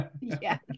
Yes